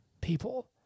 people